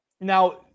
Now